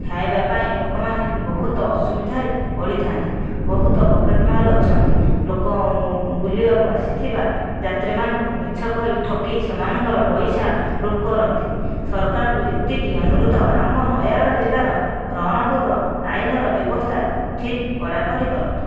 ଖାଇବା ପାଇଁ ଲୋକମାନେ ବହୁତ ଅସୁବିଧାରେ ପଡ଼ିଥାନ୍ତି ବହୁତ ପକେଟ ମାର୍ ଅଛନ୍ତି ଲୋକ ବୁଲିବାକୁ ଆସିଥିବା ଯାତ୍ରୀ ମାନଙ୍କୁ ମିଛ କହି ଠକି ସେମାନଙ୍କ ପଇସା ଲୁଟ କରନ୍ତି ସରକାରଙ୍କୁ ଏତିକି ଅନୁରୋଧ ଆମ ନୟାଗଡ଼ ଜିଲ୍ଲାର ରଣପୁରର ଆଇନର ବ୍ୟବସ୍ଥା ଠିକ କଡ଼ାକଡ଼ି କରନ୍ତୁ